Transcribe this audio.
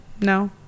no